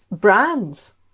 brands